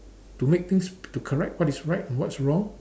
to make things to correct what is right and what's wrong